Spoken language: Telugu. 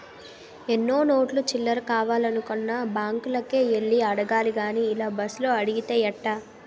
ఏ నోటు చిల్లర కావాలన్నా బాంకులకే యెల్లి అడగాలి గానీ ఇలా బస్సులో అడిగితే ఎట్టా